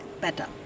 better